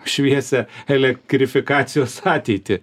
šviesią elektrifikacijos ateitį